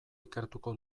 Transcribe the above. ikertuko